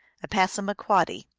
a passamaquoddy.